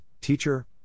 Teacher